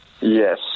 Yes